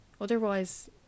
otherwise